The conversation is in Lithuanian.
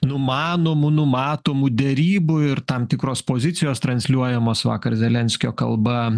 numanomų numatomų derybų ir tam tikros pozicijos transliuojamos vakar zelenskio kalba